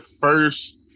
first